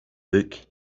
book